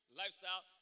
lifestyle